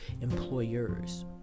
employers